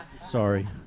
Sorry